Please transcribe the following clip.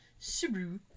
Subaru